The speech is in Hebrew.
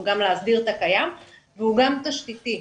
הוא גם להסדיר את הקיים והוא גם תשתיתי.